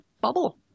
bubble